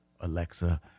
Alexa